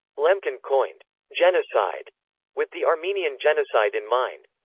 lemkin coined genocide with the armenian genocide in mind.